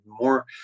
More